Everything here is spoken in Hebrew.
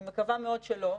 אני מקווה מאוד שלא,